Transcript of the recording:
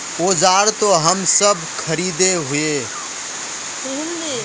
औजार तो हम सब खरीदे हीये?